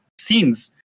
scenes